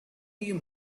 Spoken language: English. you